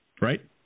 right